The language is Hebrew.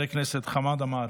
חבר הכנסת חמד עמאר,